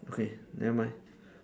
okay never mind